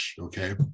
Okay